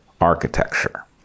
architecture